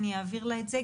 אני אעביר לה את זה,